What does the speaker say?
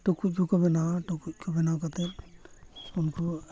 ᱴᱩᱠᱩᱡ ᱠᱚ ᱵᱮᱱᱟᱣᱟ ᱴᱩᱠᱩᱡ ᱠᱚ ᱵᱮᱱᱟᱣ ᱠᱟᱛᱮᱫ ᱩᱱᱠᱩ